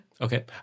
Okay